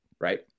right